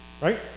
right